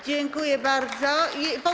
Dziękuję bardzo.